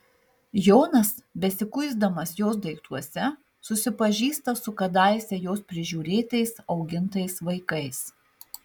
jonas besikuisdamas jos daiktuose susipažįsta su kadaise jos prižiūrėtais augintais vaikais